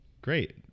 great